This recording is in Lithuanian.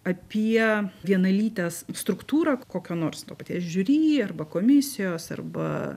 apie vienalytes struktūrą kokio nors to paties žiuri arba komisijos arba